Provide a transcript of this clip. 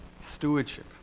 Stewardship